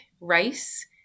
rice